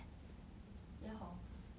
yeah hor